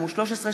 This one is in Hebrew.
התשע"ד 2013,